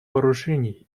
вооружений